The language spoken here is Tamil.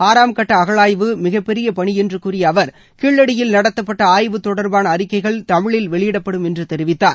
ஆறாம் கட்ட அகழாய்வு மிகப் பெரிய பணி என்று கூறிய அவர் கீழடியில் நடத்தப்பட்ட ஆய்வு தொடர்பான அறிக்கைகள் தமிழில் வெளியிடப்படும் என்று தெரிவித்தார்